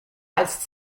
als